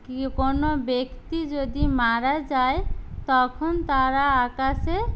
কী কোনো ব্যক্তি যদি মারা যায় তখন তারা আকাশে